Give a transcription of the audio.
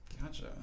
Gotcha